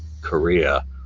Korea